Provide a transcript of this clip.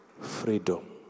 freedom